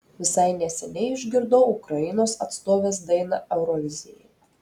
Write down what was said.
visai neseniai išgirdau ukrainos atstovės dainą eurovizijai